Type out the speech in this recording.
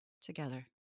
together